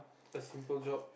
a simple job